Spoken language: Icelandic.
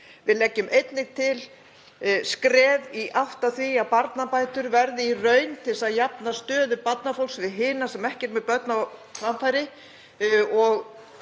Við leggjum einnig til skref í átt að því að barnabætur verði raunverulega til þess að jafna stöðu barnafólks við hina sem ekki eru með börn á framfæri